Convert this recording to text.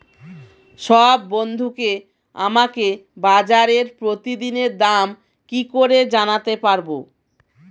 সব বন্ধুকে আমাকে বাজারের প্রতিদিনের দাম কি করে জানাতে পারবো?